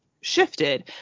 shifted